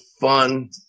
fun